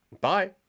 Bye